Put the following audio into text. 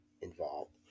involved